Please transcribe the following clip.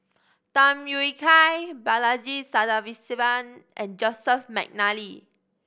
Tham Yui Kai Balaji Sadasivan and Joseph McNally